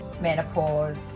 menopause